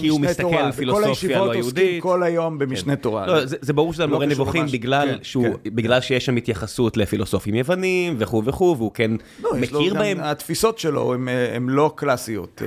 כי הוא מסתכל פילוסופיה לא יהודית. כל היום במשנה תורה. זה ברור שזה על מורה נבוכים, בגלל שיש שם התייחסות לפילוסופים יוונים, וכו' וכו', והוא כן מכיר בהם. התפיסות שלו הן לא קלאסיות.